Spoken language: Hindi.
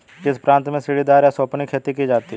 किस प्रांत में सीढ़ीदार या सोपानी खेती की जाती है?